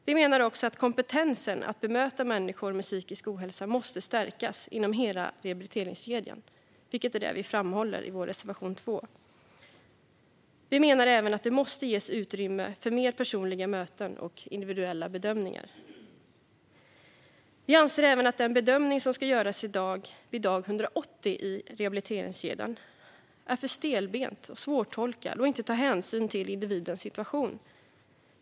Vi menar också att kompetensen att bemöta människor med psykisk ohälsa måste stärkas inom hela rehabiliteringskedjan, vilket vi framhåller i vår reservation 2. Vi menar även att det måste ges mer utrymme för personliga möten och individuella bedömningar. Vi anser även att den bedömning som ska göras vid dag 180 i rehabiliteringskedjan är för stelbent och svårtolkad och inte tar hänsyn till individens situation.